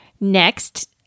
Next